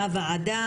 שהוועדה,